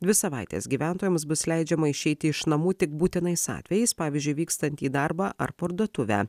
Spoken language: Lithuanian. dvi savaites gyventojams bus leidžiama išeiti iš namų tik būtinais atvejais pavyzdžiui vykstant į darbą ar parduotuvę